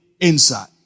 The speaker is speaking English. inside